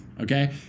okay